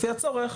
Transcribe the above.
לפי הצורך,